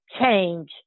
change